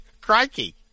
Crikey